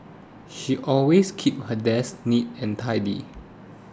she always keeps her desk neat and tidy